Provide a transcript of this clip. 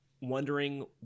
wondering